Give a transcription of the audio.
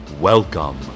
Welcome